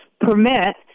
permit